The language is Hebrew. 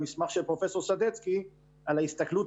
המסמך של פרופ' סדצקי על ההסתכלות